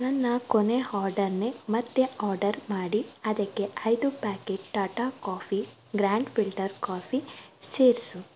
ನನ್ನ ಕೊನೆಯ ಹಾರ್ಡರನ್ನೇ ಮತ್ತೆ ಆರ್ಡರ್ ಮಾಡಿ ಅದಕ್ಕೆ ಐದು packet Tata coffee grand filter coffee ಸೇರಿಸು